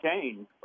Cain